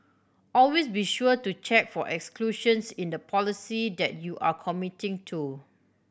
always be sure to check for exclusions in the policy that you are committing to